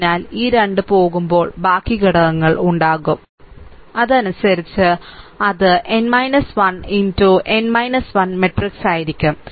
അതിനാൽ ഈ 2 പോകുമ്പോൾ ബാക്കി ഘടകങ്ങൾ ഉണ്ടാകും അതനുസരിച്ച് അത് n 1 n 1 മാട്രിക്സ് ആയിരിക്കും